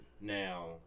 now